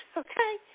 okay